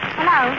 Hello